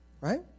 right